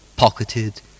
Pocketed